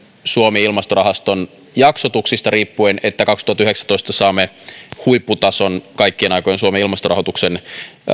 suomi ilmastorahaston jaksotuksista että kaksituhattayhdeksäntoista saamme huipputason myös kaikkien aikojen suomen ilmastorahoituksen